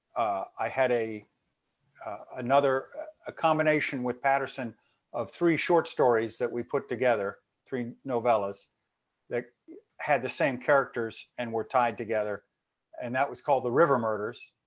i had another a combination with patterson of three short stories that we put together, three novelas that had the same characters and were tied together and that was called the river murders.